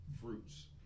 fruits